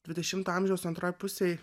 dvidešimto amžiaus antroj pusėj